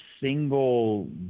single